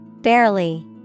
Barely